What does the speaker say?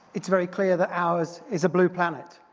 it's very clear that ours is a blue planet,